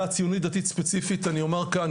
הציונית דתית ספציפית אני אומר כאן,